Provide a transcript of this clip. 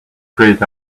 grayed